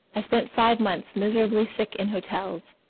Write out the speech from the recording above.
i spent five months miserably sick in hotels.